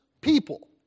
people